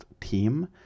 team